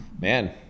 Man